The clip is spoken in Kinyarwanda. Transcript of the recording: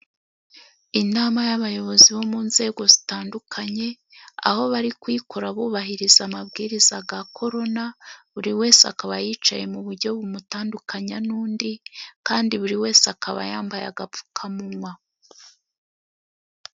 Inama y'abayobozi bo mu nzego zitandukanye, aho bari kuyikora bubahiriza amabwiriza ya korona. Buri wese akaba yicaye mu buryo bumutandukanya n'undi, kandi buri wese akaba yambaye agapfukamunwa.